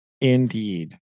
indeed